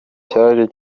cyaje